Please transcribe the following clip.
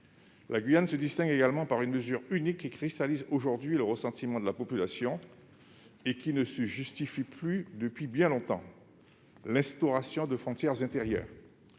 La Guyane se distingue également par une mesure unique qui cristallise aujourd'hui le ressentiment de la population et qui ne se justifie plus depuis bien longtemps : l'instauration de frontières intérieures.